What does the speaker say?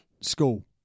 school